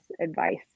advice